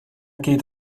geht